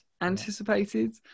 anticipated